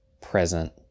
present